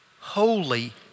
holy